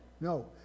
No